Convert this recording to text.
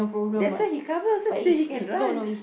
that's why he cover so that he can run